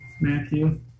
Matthew